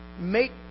make